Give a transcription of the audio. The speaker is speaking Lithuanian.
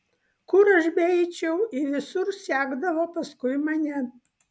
kur aš beeičiau ji visur sekdavo paskui mane